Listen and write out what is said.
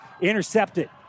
intercepted